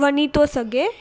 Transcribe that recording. वञी थो सघे